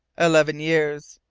eleven years.